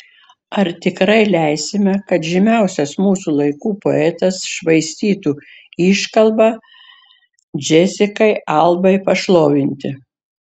ar tikrai leisime kad žymiausias mūsų laikų poetas švaistytų iškalbą džesikai albai pašlovinti